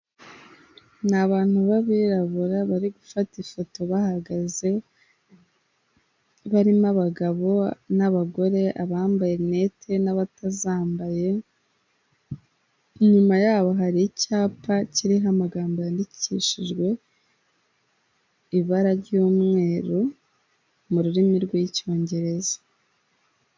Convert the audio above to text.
Ni abantu b'abirabura bari gufata ifoto bahagaze, barimo abagabo n'abagore, abambaye rinete n'abatazambaye, inyuma yabo hari icyapa kiriho amagambo yandikishijwe ibara ry'umweru mu rurimi rw'icyongereza.